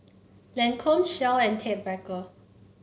Lancome Shell and Ted Baker